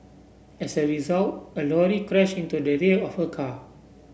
as a result a lorry crashed into the rear of her car